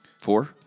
four